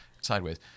sideways